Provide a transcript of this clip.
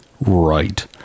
Right